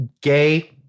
gay